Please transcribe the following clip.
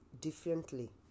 differently